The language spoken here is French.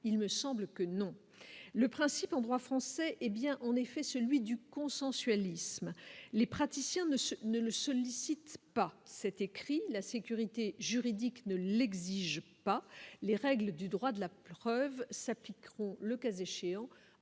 il me semble que non, le principe en droit français, hé bien, en effet, celui du consensuel isthme les praticiens ne se ne sollicite pas : c'est écrit là c'est. Sur iTélé juridique ne l'exige pas les règles du droit de la preuve s'appliqueront le cas échéant